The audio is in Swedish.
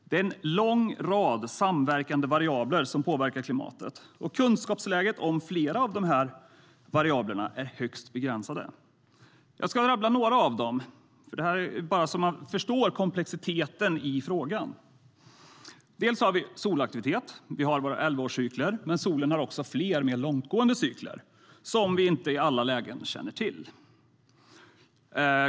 Det är en lång rad samverkande variabler som påverkar klimatet, och kunskaperna om flera av dessa variabler är högst begränsade. Jag ska rabbla några av dem, bara så att vi förstår komplexiteten i frågan. Dels har vi solaktivitet. Vi har våra elvaårscykler, men solen har också fler, mer långtgående cykler som vi inte i alla lägen känner till.